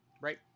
Right